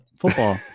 football